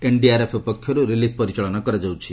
NDRF ପକ୍ଷର୍ତ relief ପରିଚାଳନା କରାଯାଉଛି